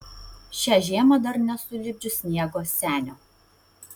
šią žiemą dar nesu lipdžius sniego senio